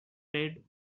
red